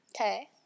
Okay